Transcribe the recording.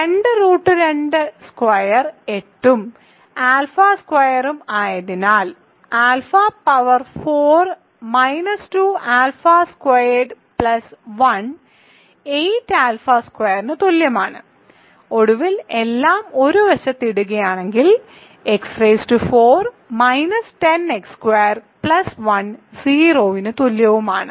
രണ്ട് റൂട്ട് രണ്ട് സ്ക്വയർ 8 ഉം ആൽഫ സ്ക്വയറും ആയതിനാൽ alpha power 4 minus 2 alpha squared plus 1 8 alpha സ്ക്വയറിന് തുല്യമാണ് ഒടുവിൽ എല്ലാം ഒരു വശത്ത് ഇടുകയാണെങ്കിൽ x4 - 10x2 1 0 ന് തുല്യവുമാണ്